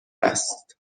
است